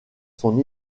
son